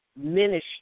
ministry